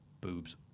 boobs